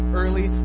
early